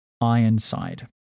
Ironside